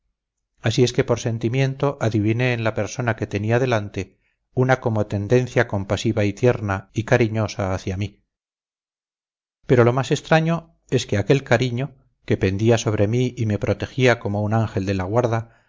así es que por sentimiento adiviné en la persona que tenía delante una como tendencia compasiva y tierna y cariñosa hacia mí pero lo más extraño es que aquel cariño que pendía sobre mí y me protegía como un ángel de la guarda